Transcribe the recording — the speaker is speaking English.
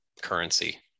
currency